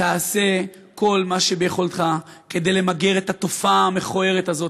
תעשה כל מה שביכולתך כדי למגר את התופעה המכוערת הזאת,